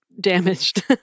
Damaged